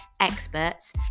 experts